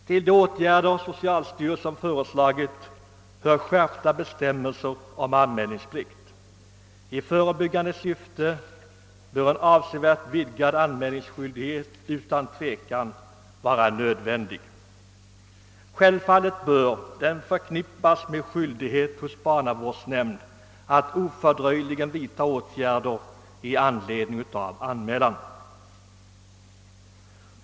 Till de åtgärder socialstyrelsen föreslagit hör skärpta bestämmelser om anmälningsplikt. I förebyggande syfte torde en avsevärt vidgad anmälningsskyldighet vara nödvändig. Självfallet bör den förknippas med skyldighet för barnavårdsnämnd att ofördröjligen vidta åtgärder i anledning av anmälan.